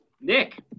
Nick